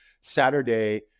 Saturday